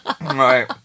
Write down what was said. right